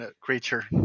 creature